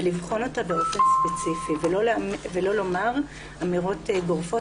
ולבחון אותה באופן ספציפי ולא לומר אמירות גורפות